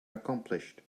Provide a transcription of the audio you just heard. accomplished